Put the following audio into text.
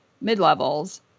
mid-levels